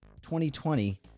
2020